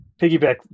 Piggyback